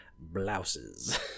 blouses